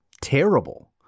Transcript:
terrible